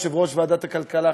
יושב-ראש ועדת הכלכלה,